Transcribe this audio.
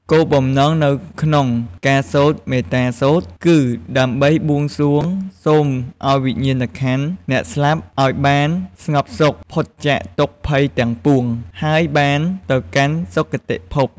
គោលបំណងនៅក្នុងការសូត្រមេត្តាសូត្រ គឺដើម្បីបួងសួងសូមឲ្យវិញ្ញាណក្ខន្ធអ្នកស្លាប់អោយបានស្ងប់សុខ ផុតចាកទុក្ខភ័យទាំងពួង ហើយបានទៅកាន់សុគតិភព។